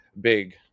big